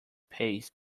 pace